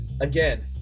again